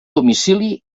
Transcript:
domicili